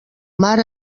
mar